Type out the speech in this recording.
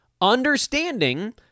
Understanding